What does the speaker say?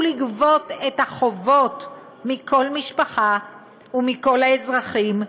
לגבות את החובות מכל משפחה ומכל האזרחים,